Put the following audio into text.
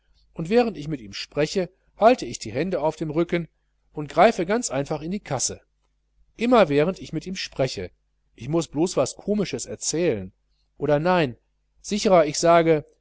und während ich mit ihm spreche halte ich die hände auf dem rücken und greife ganz einfach in die kasse immer während ich mit ihm spreche ich muß blos was komisches erzählen oder nein sicherer ich sage